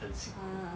ha ah